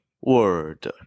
Word